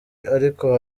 ariko